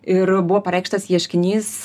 ir buvo pareikštas ieškinys